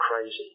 crazy